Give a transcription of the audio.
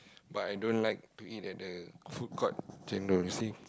but I don't like to eat at the food court chendol you see